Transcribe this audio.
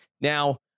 Now